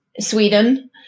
Sweden